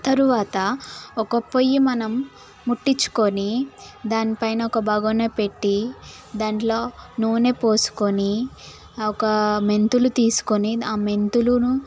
తరువాత ఒక పొయ్యి మనం ముట్టించుకొని దాని పైన ఒక బొగిని పెట్టి దాంట్లో నూనె పోసుకొని ఒక మెంతులు తీసుకొని ఆ మెంతులను